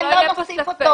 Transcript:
שלא יהיה כאן ספק.